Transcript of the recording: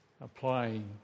applying